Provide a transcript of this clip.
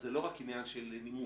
אז זה לא רק עניין של נימוס,